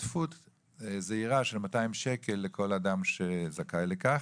השתתפות זעירה של 200 שקל לכל אדם שזכאי לכך.